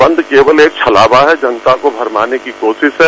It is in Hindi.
बंद केवल एक छलावा है जनता को भरमाने की कोशिश है